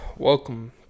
Welcome